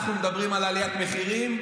אנחנו מדברים על עליית מחירים?